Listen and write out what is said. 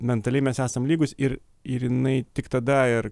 mentaliai mes esam lygūs ir ir jinai tik tada ir